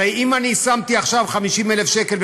הרי אם אני שמתי עכשיו 50,000 שקלים,